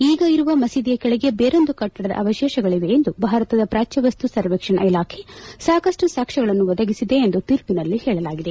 ಈಗ ಇರುವ ಮಸೀದಿಯ ಕೆಳಗೆ ಬೇರೊಂದು ಕಟ್ಟಡದ ಅವಶೇಷಗಳವೆ ಎಂದು ಭಾರತದ ಪ್ರಾಚ್ಯವಸ್ತು ಸರ್ವೇಕ್ಷಣ ಇಲಾಖೆ ಸಾಕಷ್ಟು ಸಾಕ್ಷ್ಯಗಳನ್ನು ಒದಗಿಸಿದೆ ಎಂದು ತೀರ್ಪಿನಲ್ಲಿ ಹೇಳಲಾಗಿದೆ